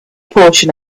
portion